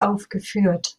aufgeführt